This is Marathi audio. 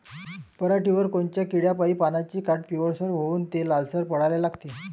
पऱ्हाटीवर कोनत्या किड्यापाई पानाचे काठं पिवळसर होऊन ते लालसर पडाले लागते?